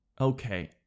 okay